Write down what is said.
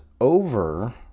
over